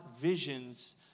visions